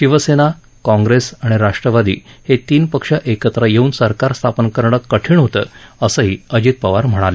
शिवसेना काँग्रेस आणि राष्ट्रवादी हे तीन पक्ष एकत्र येऊन सरकार स्थापन करणं कठीण होतं असंही अजित पवार म्हणाले